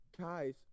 Guys